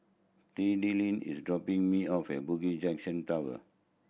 Tilden is dropping me off at Bugis Junction Tower